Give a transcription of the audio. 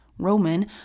Roman